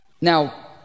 Now